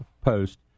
post